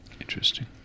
Interesting